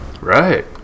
right